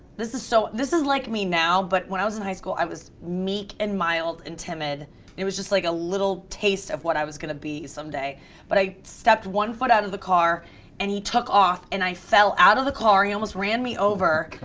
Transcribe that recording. this is so this is like me now but when i was in high school i was meek and mild and timid, and it was just like a little taste of what i was gonna be someday but i stepped one foot out of the car and he took off and i fell out of the car. he almost ran me over.